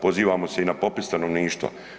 Pozivamo se i na popis stanovništva.